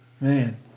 Man